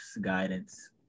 guidance